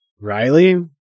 Riley